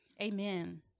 Amen